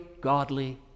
godly